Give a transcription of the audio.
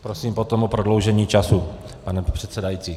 Prosím potom o prodloužení času, pane předsedající.